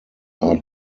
are